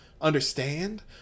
Understand